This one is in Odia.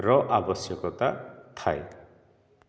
ର ଆବଶ୍ୟକତା ଥାଏ